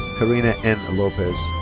karina n. lopez.